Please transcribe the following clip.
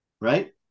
Right